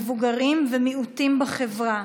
מבוגרים ומיעוטים בחברה,